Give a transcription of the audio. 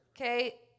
Okay